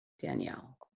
Danielle